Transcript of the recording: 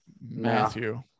Matthew